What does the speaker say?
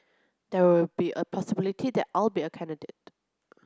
there will be a possibility that I'll be a candidate